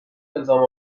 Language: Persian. الزام